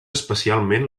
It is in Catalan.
especialment